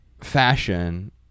fashion